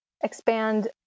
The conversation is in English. expand